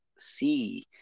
see